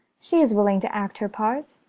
she is willing to act her part.